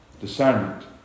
Discernment